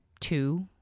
two